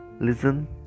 listen